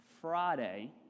Friday